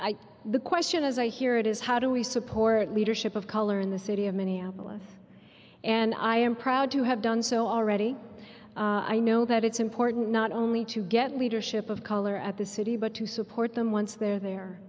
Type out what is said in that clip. thank the question as i hear it is how do we support leadership of color in the city of minneapolis and i am proud to have done so already i know that it's important not only to get leadership of color at the city but to support them once they're there